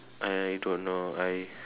I don't know I